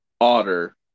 otter